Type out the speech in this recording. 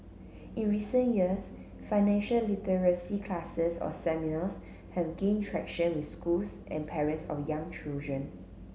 in recent years financial literacy classes or seminars have gained traction with schools and parents of young children